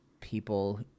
people